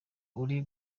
uri